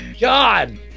God